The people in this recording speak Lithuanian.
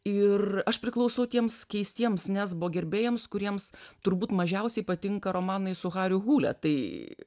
ir aš priklausau tiems keistiems nesbo gerbėjams kuriems turbūt mažiausiai patinka romanai su hariu hule tai